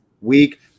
week